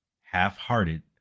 half-hearted